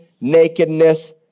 nakedness